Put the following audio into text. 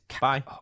bye